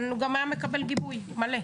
הוא גם היה מקבל גיבוי מלא.